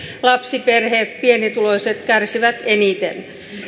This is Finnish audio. lapsiperheet pienituloiset kärsivät eniten